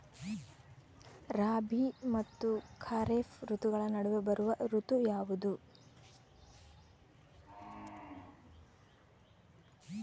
ರಾಬಿ ಮತ್ತು ಖಾರೇಫ್ ಋತುಗಳ ನಡುವೆ ಬರುವ ಋತು ಯಾವುದು?